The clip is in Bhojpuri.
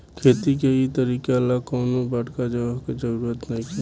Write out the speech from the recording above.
खेती के इ तरीका ला कवनो बड़का जगह के जरुरत नइखे